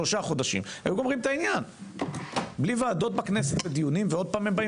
שלושה חודשים ומסיימים בלי ועדות בכנסת ובלי דיונים ועוד פעם באים